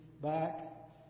back